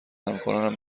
همکارانم